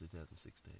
2016